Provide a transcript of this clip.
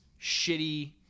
shitty